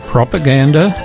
Propaganda